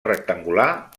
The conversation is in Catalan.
rectangular